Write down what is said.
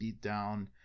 beatdown